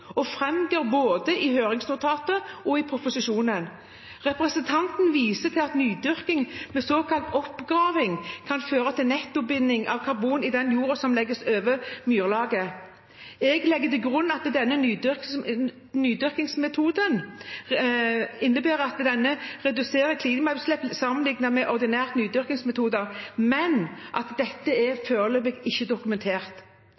og framgår av både høringsnotatet og lovproposisjonen. Representanten viser til at nydyrking ved såkalt omgraving kan føre til «en netto binding av karbon i den jorda som legges over myrlaget». Jeg legger til grunn at denne nydyrkingsmetoden kan innebære redusert klimagassutslipp sammenlignet med ordinære dyrkingsmetoder, men at dette